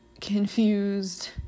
confused